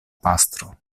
pastro